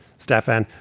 stefan,